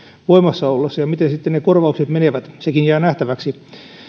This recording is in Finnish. voimassa ollessa ja miten sitten ne korvaukset menevät sekin jää nähtäväksi